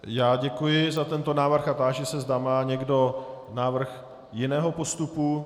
Já děkuji za tento návrh a táži se, zda má někdo návrh jiného postupu.